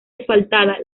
asfaltada